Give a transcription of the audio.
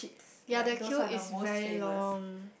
ya the queue is very long